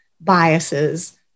biases